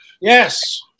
Yes